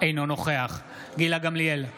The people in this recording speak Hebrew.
אינו נוכח גילה גמליאל,